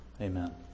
Amen